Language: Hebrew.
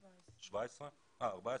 לא 17. סליחה.